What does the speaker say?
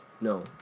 No